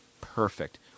perfect